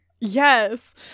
yes